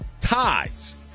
ties